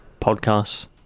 Podcasts